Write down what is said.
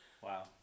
wow